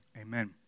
Amen